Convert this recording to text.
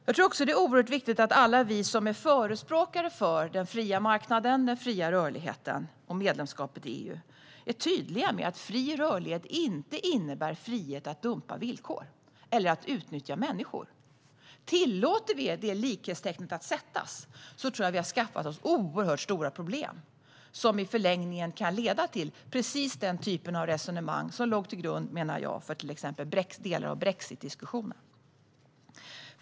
Jag tror också att det är oerhört viktigt att alla vi som är förespråkare för den fria marknaden, den fria rörligheten och medlemskapet i EU är tydliga med att fri rörlighet inte innebär frihet att dumpa villkor eller att utnyttja människor. Om vi tillåter att detta likhetstecken sätts tror jag att vi har skaffat oss oerhört stora problem, som i förlängningen kan leda till precis den typen av resonemang som jag menar låg till grund för till exempel delar av brexitdiskussionen.